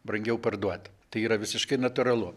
brangiau parduot tai yra visiškai natūralu